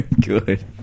good